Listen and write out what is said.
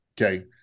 Okay